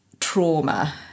trauma